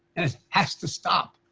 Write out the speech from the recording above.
and it has to stop.